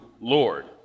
Lord